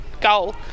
goal